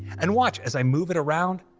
and watch, as i move it around,